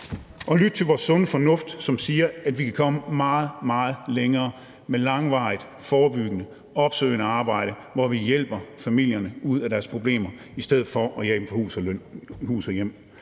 og lytte til vores sunde fornuft, som siger, at vi kan komme meget, meget længere med langvarigt forebyggende, opsøgende arbejde, hvor vi hjælper familierne ud af deres problemer i stedet for at jage dem fra hus og hjem.